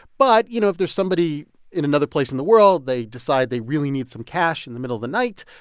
but, you know, if there's somebody in another place in the world, they decide they really need some cash in the middle of the night,